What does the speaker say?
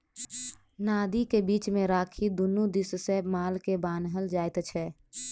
नादि के बीच मे राखि दुनू दिस सॅ माल के बान्हल जाइत छै